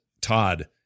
Todd